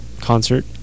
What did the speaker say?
concert